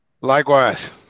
Likewise